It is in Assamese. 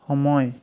সময়